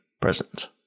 present